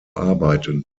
arbeiten